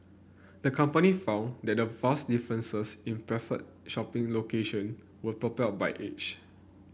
the company found that the vast differences in preferred shopping location was propelled by age